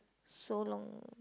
so long